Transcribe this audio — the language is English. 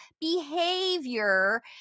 behavior